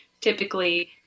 typically